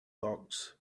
dogs